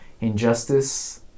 injustice